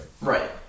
Right